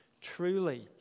truly